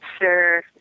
Sure